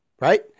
Right